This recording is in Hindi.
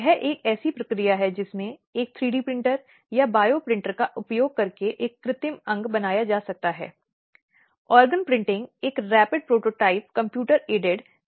लेकिन परिवार के भीतर हिंसा के संबंध में महत्वपूर्ण मुद्दों में से एक घरेलू हिंसा का मुद्दा है